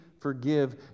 forgive